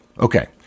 Okay